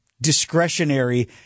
discretionary